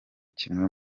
kimwe